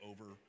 over